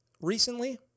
recently